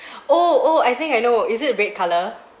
oh oh I think I know is it red colour